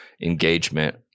engagement